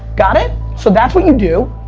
got it? so that's what you do,